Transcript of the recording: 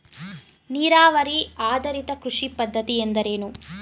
ನೀರಾವರಿ ಆಧಾರಿತ ಕೃಷಿ ಪದ್ಧತಿ ಎಂದರೇನು?